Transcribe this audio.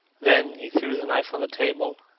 then he threw the knife on the table,